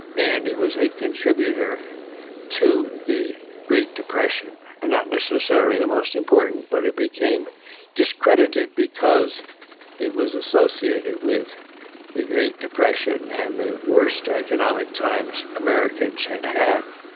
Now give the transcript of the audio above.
and it was a contributor to the great depression and not necessarily the most important but it became discredited because it was associated with the great depression and the worst economic times americans had had.